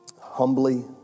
humbly